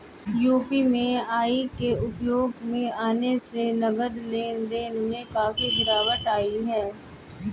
UPI के उपयोग में आने से नगद लेन देन में काफी गिरावट आई हैं